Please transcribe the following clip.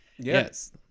yes